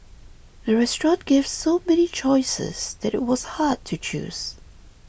the restaurant gave so many choices that it was hard to choose